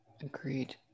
Agreed